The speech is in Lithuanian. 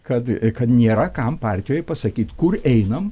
kad kad nėra kam partijoje pasakyt kur einam